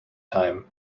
time